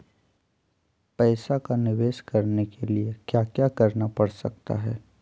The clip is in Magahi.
पैसा का निवेस करने के लिए क्या क्या करना पड़ सकता है?